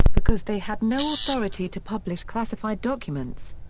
because they had no authority to publish classified documents.